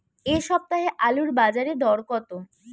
এ সপ্তাহে আলুর বাজারে দর কত?